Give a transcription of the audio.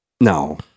No